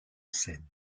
scène